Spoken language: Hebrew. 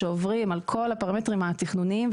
שעוברים על כל הפרמטרים התכנוניים,